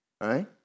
right